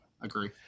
Agree